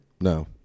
No